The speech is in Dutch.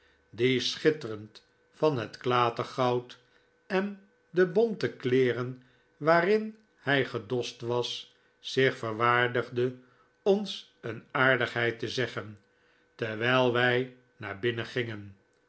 die schitterend van het klatergoud en de bonte kleeren waarin hij gedost was zich verwaardigde ons een aardigheid te zeggen terwijl wij naar binnen gingen